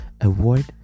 Avoid